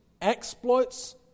exploits